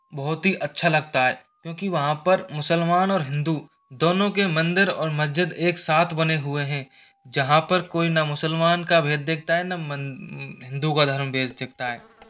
बहुत ही अच्छा लगता है क्योंकि वहाँ पर मुसलमान और हिंदू दोनों के मंदिर और मस्जिद एक साथ बने हुए है जहाँ पर कोई न मुसलमान का भेद देखा है ना मन हिंदू का धर्म भेद देखता है